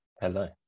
Hello